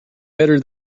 better